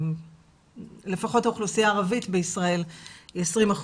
לפחות האוכלוסייה הערבית בישראל היא 20%,